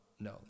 No